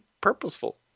purposeful